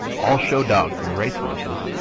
all show dogs and race horses,